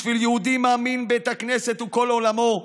בשביל יהודי מאמין בית הכנסת הוא כל עולמו.